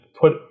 put